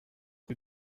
rue